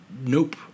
nope